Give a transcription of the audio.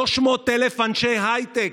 300,000 אנשי הייטק,